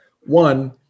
one